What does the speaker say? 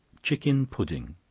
chicken pudding.